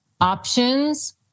options